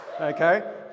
Okay